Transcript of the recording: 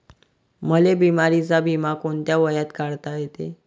मले बिमारीचा बिमा कोंत्या वयात काढता येते?